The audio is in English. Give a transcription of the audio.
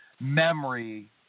memory